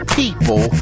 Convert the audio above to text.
people